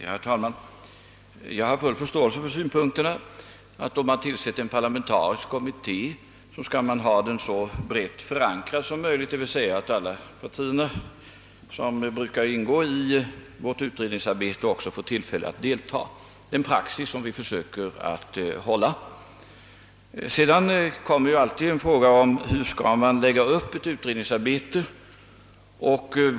Herr talman! Jag har full förståelse för synpunkten att en parlamentarisk kommitté skall vara så brett parlamentariskt förankrad som möjligt, d.v.s. att alla partier som brukar delta i vårt utredningsarbete skall få tillfälle att göra det — en praxis som vi också försöker följa. Sedan uppstår alltid frågan hur utredningsarbetet skall läggas upp och vad man syftar till.